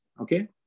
Okay